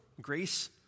grace